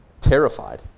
terrified